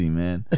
man